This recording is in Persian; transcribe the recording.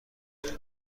سفارش